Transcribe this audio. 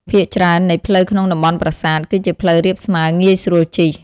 ភាគច្រើននៃផ្លូវក្នុងតំបន់ប្រាសាទ គឺជាផ្លូវរាបស្មើងាយស្រួលជិះ។